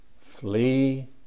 flee